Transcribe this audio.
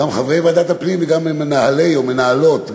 וגם למנהלי או מנהלות,